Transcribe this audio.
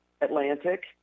Atlantic